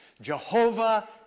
Jehovah